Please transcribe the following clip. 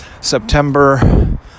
September